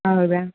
ಹೌದ